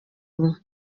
ubu